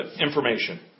information